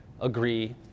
agree